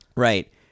Right